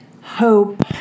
Hope